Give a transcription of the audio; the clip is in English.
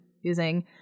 using